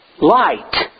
light